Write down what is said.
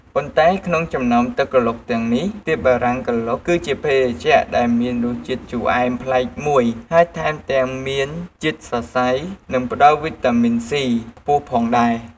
ប៉ុន្តែក្នុងចំណោមទឹកក្រឡុកទាំងនេះ ទៀបបារាំងក្រឡុកគឺជាភេសជ្ជៈដែលមានរសជាតិជូរអែមប្លែកមួយ ហើយថែមទាំងមានជាតិសរសៃ និងផ្តល់វីតាមីន C ខ្ពស់ផងដែរ។